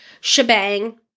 shebang